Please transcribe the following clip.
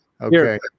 okay